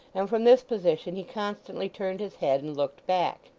and from this position he constantly turned his head, and looked back.